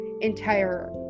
entire